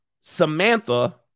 Samantha